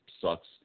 sucks